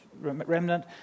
remnant